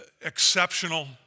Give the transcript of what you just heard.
Exceptional